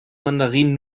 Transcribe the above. mandarinen